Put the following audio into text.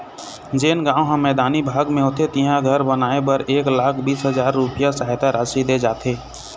जेन गाँव ह मैदानी भाग म होथे तिहां घर बनाए बर एक लाख बीस हजार रूपिया सहायता राशि दे जाथे